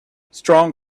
strong